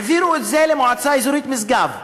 והעבירו אותה למועצה האזורית משגב,